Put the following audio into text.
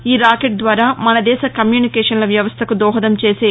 ఈ రాకెట్ ద్వారా మన దేశ కమ్యూనికేషన్ల వ్యవస్టకు దోహదం చేసే